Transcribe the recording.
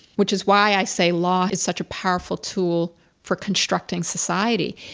which is why i say law is such a powerful tool for constructing society.